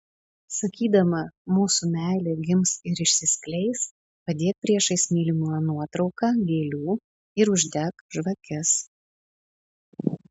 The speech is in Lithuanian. sakydama mūsų meilė gims ir išsiskleis padėk priešais mylimojo nuotrauką gėlių ir uždek žvakes